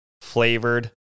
flavored